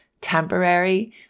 temporary